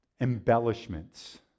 embellishments